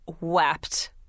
wept